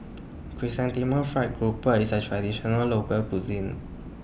Chrysanthemum Fried Grouper IS A Traditional Local Cuisine